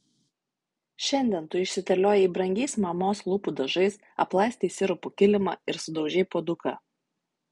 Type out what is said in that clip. šiandien tu išsiterliojai brangiais mamos lūpų dažais aplaistei sirupu kilimą ir sudaužei puoduką